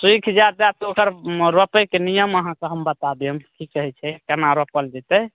सुखि जाएत अएत तऽ ओकर रोपैके नियम आहाँके हम बता देब कि कहै छै केना रोपल जेतै